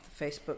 Facebook